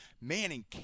Manning